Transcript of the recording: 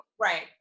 Right